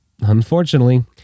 Unfortunately